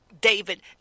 David